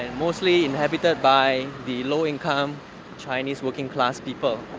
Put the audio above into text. and mostly inhabited by the low income chinese working-class people.